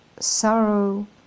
Sorrow